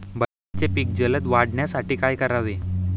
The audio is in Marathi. बटाट्याचे पीक जलद वाढवण्यासाठी काय करावे?